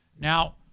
Now